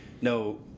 No